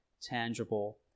tangible